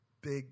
big